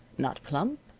not, plump,